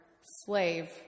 slave